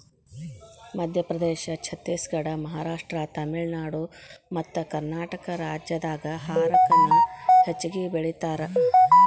ಮಧ್ಯಪ್ರದೇಶ, ಛತ್ತೇಸಗಡ, ಮಹಾರಾಷ್ಟ್ರ, ತಮಿಳುನಾಡು ಮತ್ತಕರ್ನಾಟಕ ರಾಜ್ಯದಾಗ ಹಾರಕ ನ ಹೆಚ್ಚಗಿ ಬೆಳೇತಾರ